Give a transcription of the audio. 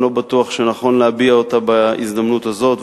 אני לא בטוח שנכון להביע אותה בהזדמנות הזאת,